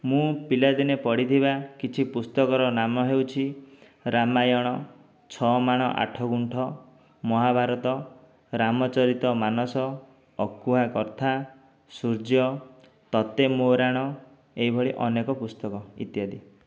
ମୁଁ ପିଲାଦିନେ ପଢ଼ିଥିବା କିଛି ପୁସ୍ତକର ନାମ ହେଉଛି ରାମାୟଣ ଛ ମାଣ ଆଠ ଗୁଣ୍ଠ ମହାଭାରତ ରାମଚରିତ ମାନସ ଅକୁହା କଥା ସୂର୍ଯ୍ୟ ତତେ ମୋ' ରାଣ ଏଇଭଳି ଅନେକ ପୁସ୍ତକ ଇତ୍ୟାଦି